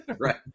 Right